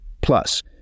Plus